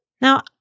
Now